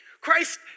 Christ